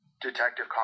Detective